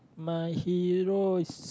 my hero is